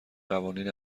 قوانین